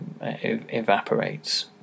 evaporates